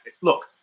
look